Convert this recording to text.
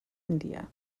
india